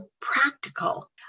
practical